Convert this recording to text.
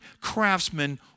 craftsmen